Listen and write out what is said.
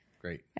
Great